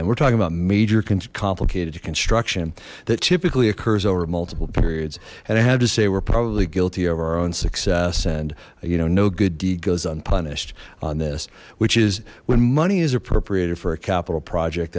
then we're talking about major can complicate deconstruction that typically occurs over multiple periods and i have to say we're probably guilty of our own success and you know no good deed goes unpunished on this which is when money is appropriated for a capital project